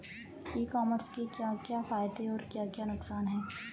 ई commerce के क्या क्या फायदे और क्या क्या नुकसान है?